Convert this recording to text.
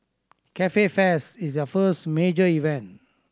Cafe Fest is their first major event